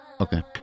Okay